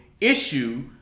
issue